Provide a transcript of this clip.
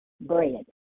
bread